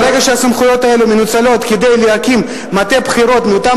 ברגע שהסמכויות האלה מנוצלות כדי להקים מטה בחירות מאותם